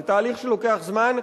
זה תהליך שלוקח זמן,